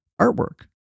artwork